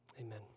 Amen